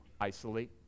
isolate